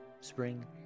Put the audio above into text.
Spring